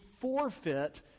forfeit